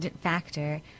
factor